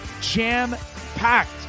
jam-packed